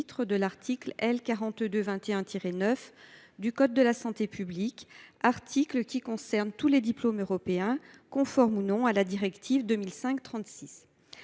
de l’article L. 4221 9 du code de la santé publique – cet article concerne tous les diplômes européens, conformément à la directive 2005/36/CE.